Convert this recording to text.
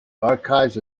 archives